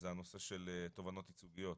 הוא הנושא של תובענות ייצוגיות.